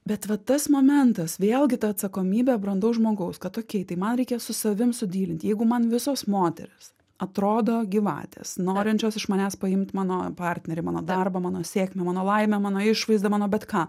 bet tas momentas vėlgi ta atsakomybė brandaus žmogaus kad okei tai man reikia su savim sudylint jeigu man visos moterys atrodo gyvatės norinčios iš manęs paimt mano partnerį mano darbą mano sėkmę mano laimę mano išvaizdą mano bet ką